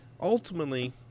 ultimately